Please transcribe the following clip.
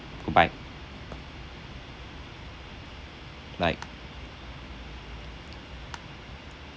goodbye bye